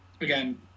again